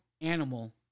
animal